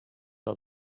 out